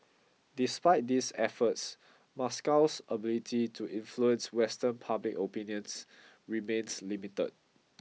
despite these efforts Moscow's ability to influence Western public opinions remains limited